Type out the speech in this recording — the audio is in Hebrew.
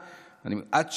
עד שיהיה לך תיק,